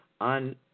on